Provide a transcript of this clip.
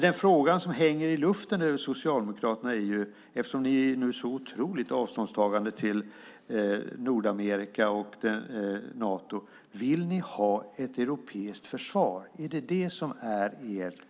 Den fråga som hänger i luften över Socialdemokraterna, eftersom ni är så otroligt avståndstagande till Nordamerika och Nato, gäller om ni vill ha ett europeiskt försvar. Är det detta som är ert syfte?